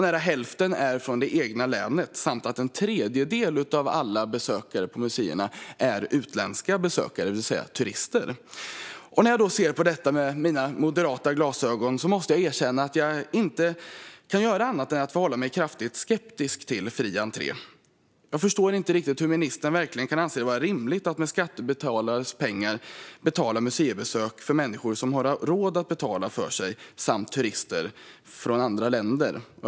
Nära hälften av alla besökare på museerna är från det egna länet, och en tredjedel är utländska besökare, det vill säga turister. När jag ser på detta med mina moderata glasögon måste jag erkänna att jag inte kan göra annat än att förhålla mig kraftigt skeptisk till fri entré. Jag förstår inte riktigt hur ministern verkligen kan anse det vara rimligt att med skattebetalares pengar betala museibesök för människor som har råd att betala för sig samt för turister från andra länder.